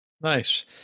nice